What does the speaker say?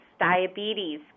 diabetes